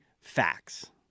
facts